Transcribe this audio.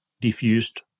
diffused